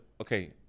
okay